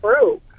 true